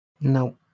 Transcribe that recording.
No